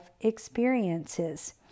experiences